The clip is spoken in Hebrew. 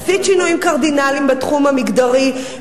עשית שינויים קרדינליים בתחום המגדרי,